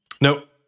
Nope